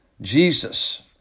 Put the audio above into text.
Jesus